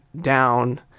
down